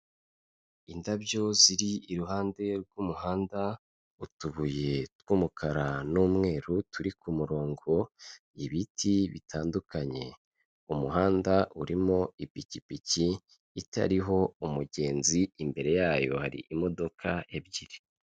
Indabyo ziri iruhande rw'umuhanda, utubuye tw'umukara n'umweru turi ku murongo, ibiti bitandukanye. Umuhanda urimo ipikipiki itariho umugenzi, imbere yayo hari imodoka ebyiri.